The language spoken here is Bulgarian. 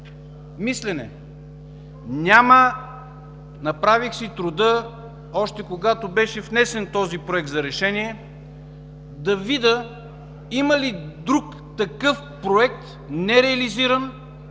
мислене. Няма, направих си труда, още когато беше внесен този Проект за решение, да видя има ли друг такъв проект – нереализиран,